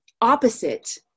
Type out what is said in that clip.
opposite